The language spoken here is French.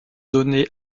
donnée